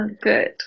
Good